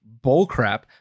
bullcrap